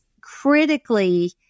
critically